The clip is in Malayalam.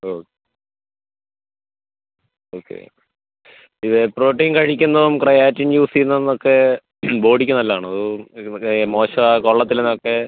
ഓ ഓക്കെ ഇത് പ്രോട്ടീൻ കഴിക്കുന്നതും ക്രിയാറ്റിൻ യൂസ് ചെയ്യുന്നതൊക്കെ ബോഡിക്ക് നല്ലതാണോ അതോ നമുക്ക് മോശം ആണ് കൊള്ളത്തില്ല എന്നൊക്കെ